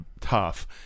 tough